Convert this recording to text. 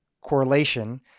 correlation